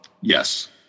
Yes